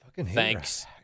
Thanks